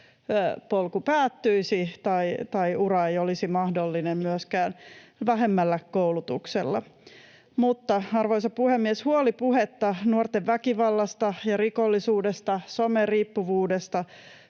päättyisi tai ura ei olisi mahdollinen myöskin vähemmällä koulutuksella. Arvoisa puhemies! Huolipuhetta nuorten väkivallasta ja rikollisuudesta, some-riippuvuudesta